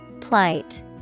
Plight